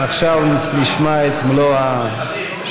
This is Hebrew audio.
עכשיו נשמע את מלוא השאלה.